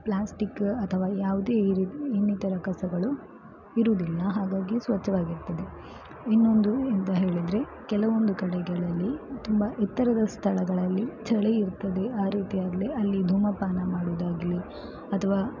plastic ಅಥವಾ ಯಾವುದೇ ಈ ರೀತಿ ಇನ್ನಿತರ ಕಸಗಳು ಇರುವುದಿಲ್ಲ ಹಾಗಾಗಿ ಸ್ವಚ್ಛವಾಗಿರ್ತದೆ ಇನ್ನೊಂದು ಎಂಥ ಹೇಳಿದರೆ ಕೆಲವೊಂದು ಕಡೆಗಳಲ್ಲಿ ತುಂಬ ಎತ್ತರದ ಸ್ಥಳಗಳಲ್ಲಿ ಚಳಿ ಇರ್ತದೆ ಆ ರೀತಿಯಾಗಲಿ ಅಲ್ಲಿ ಧೂಮಪಾನ ಮಾಡುವುದಾಗಲಿ ಅಥವಾ